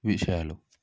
విషయాలు